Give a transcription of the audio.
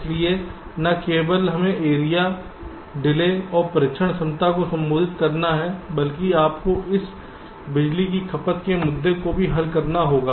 इसलिए न केवल हमें एरिया डिले और परीक्षण क्षमता को संबोधित करना है बल्कि आपको इस बिजली की खपत के मुद्दे को भी हल करना होगा